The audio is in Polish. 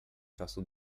czasu